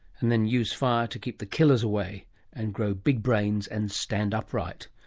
and then used fire to keep the killers away and grow big brains and stand upright.